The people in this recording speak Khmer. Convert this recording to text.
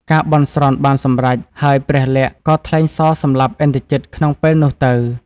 ការបន់ស្រន់បានសម្រេច ហើយព្រះលក្សណ៍ក៏ថ្លែងសរសម្លាប់ឥន្ទ្រជិតក្នុងពេលនោះទៅ។